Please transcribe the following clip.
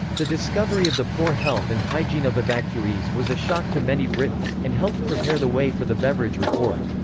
the discovery of the poor health and hygiene of evacuees was a shock to many britons, and helped prepare the way for the beveridge report.